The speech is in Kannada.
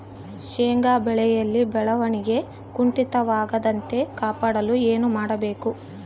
ಶೇಂಗಾ ಬೆಳೆಯಲ್ಲಿ ಬೆಳವಣಿಗೆ ಕುಂಠಿತವಾಗದಂತೆ ಕಾಪಾಡಲು ಏನು ಮಾಡಬೇಕು?